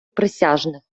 присяжних